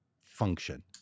function